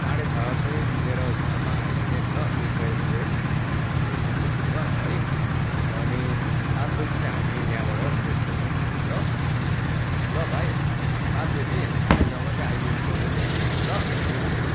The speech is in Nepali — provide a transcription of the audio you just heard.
साढे छ चाहिँ मेरो घरमा आइदिने नि ल तिर्पय रोड यो एसयुएमको छेउमा है अनि सात बजी चाहिँ हामी यहाँबाट मुभ गरौँ ल ल भाइ सात बजी है साढे छमा चाहिँ आइदिनु पऱ्यो नि ल ओके